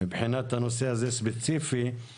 מבחינת הנושא הזה ספציפי,